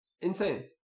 Insane